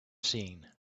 seen